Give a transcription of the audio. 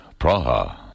Praha